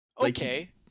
Okay